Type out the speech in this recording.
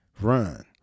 run